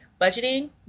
budgeting